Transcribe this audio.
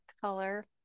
color